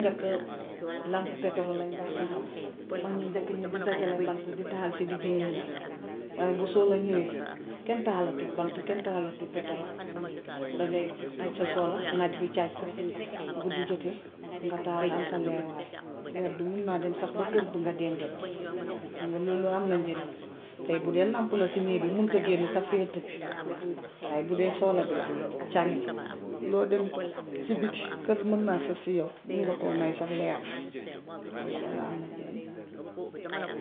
Bu njëkka làmp peterol lañ daan taal. Mag ñu njëkk ña di dajale bant di taal si digg néeg yi waaw bu soxla ñëwee. Kenn tahaalatul bant, kenn tahaalatul peterol. Dangay aj sa solar, naaj bi caaj ko. Guddi jotee, nga tahaal am sa leerluwaay. Leer bi mun naa dem sax ba kër bi nga dendeet. Xam nga loolu ham na njariñ. Tey bu dee làmp la si néeg bi, mun nga génn sax si hëtt bi. Waaye bu dee solar bi la charge na. Lool da, si biti, kër mën naa sës si yaw, mun nga koo may sax leer. Kon solar am na njariñ.